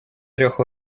трех